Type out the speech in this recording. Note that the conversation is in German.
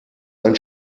ein